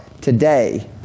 today